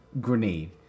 grenade